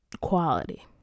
quality